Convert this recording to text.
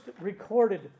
recorded